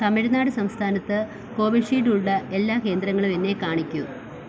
തമിഴ്നാട് സംസ്ഥാനത്ത് കോവിഷീൽഡുള്ള എല്ലാ കേന്ദ്രങ്ങളും എന്നെ കാണിക്കൂ